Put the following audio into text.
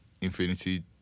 Infinity